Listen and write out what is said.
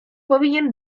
powinien